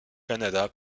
canada